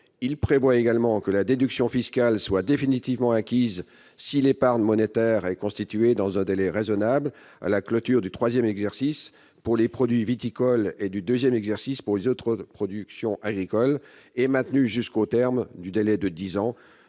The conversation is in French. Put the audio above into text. prévoyons également que la déduction fiscale sera définitivement acquise si l'épargne monétaire est constituée dans un délai raisonnable, à la clôture du troisième exercice pour les produits viticoles et du deuxième exercice pour les autres produits agricoles, et maintenue jusqu'au terme du délai du dixième